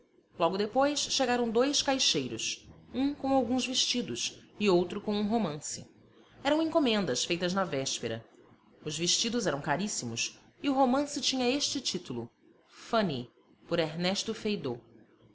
logo depois chegaram dois caixeiros um com alguns vestidos e outro com um romance eram encomendas feitas na véspera os vestidos eram caríssimos e o romance tinha este título fanny por ernesto